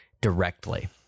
directly